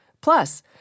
Plus